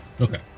Okay